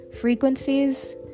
frequencies